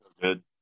good